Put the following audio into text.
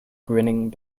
grinning